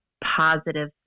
positive